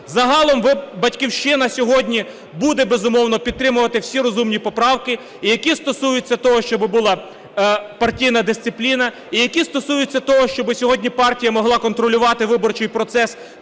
Загалом "Батьківщина" сьогодні буде, безумовно, підтримувати всі розумні поправки, які стосуються того, щоб була партійна дисципліна, і які стосуються того, щоб сьогодні партія могла контролювати виборчий процес